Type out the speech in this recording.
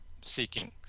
seeking